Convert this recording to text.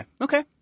Okay